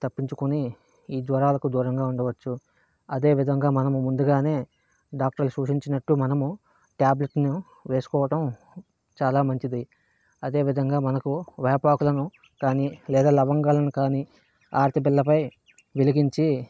తప్పించుకొని ఈ జ్వరాలకు దూరంగా ఉండవచ్చు అదే విధంగా మనం ముందుగానే డాక్టర్లు సూచించినట్టు మనము ట్యాబ్లేట్ను వేసుకోవడం చాలా మంచిది అదే విధంగా మనకు వేపాకులను కానీ లేదా లవంగాలను కానీ హారతి బిళ్ళపై వెలిగించి